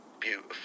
beautiful